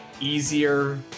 easier